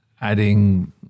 adding